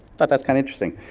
thought that's kinda interesting.